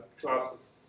classes